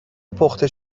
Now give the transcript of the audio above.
پخته